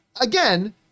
Again